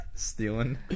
Stealing